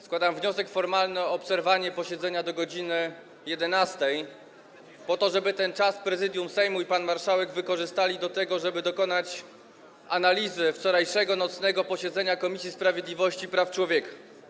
Składam wniosek formalny o przerwanie posiedzenia do godz. 11 po to, żeby ten czas Prezydium Sejmu i pan marszałek wykorzystali do tego, żeby dokonać analizy wczorajszego nocnego posiedzenia Komisji Sprawiedliwości i Praw Człowieka.